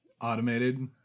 automated